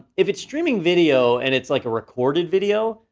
if it's streaming video and it's like a recorded video,